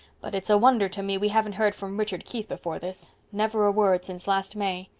but it's a wonder to me we haven't heard from richard keith before this. never a word since last may.